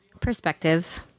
Perspective